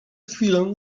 chwilę